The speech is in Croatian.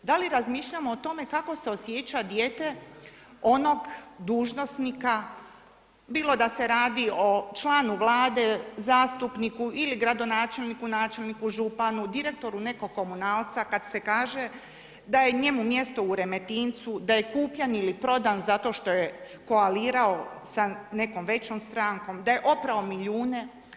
Da li razmišljamo o tome, kako se osjeća dijete, onog dužnosnika, bilo da se radi o članu Vlade, zastupniku ili gradonačelniku, načelnik, županu, direktora nekog komunalca, kada se kaže, da je njemu mjesto u Remetincu, da je kupljen ili prodan, zato što je koalirao, sa nekom većom strankom, da je oprao milijune.